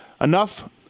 Enough